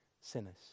sinners